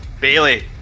Bailey